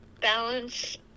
balance